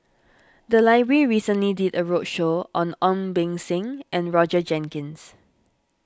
the library recently did a roadshow on Ong Beng Seng and Roger Jenkins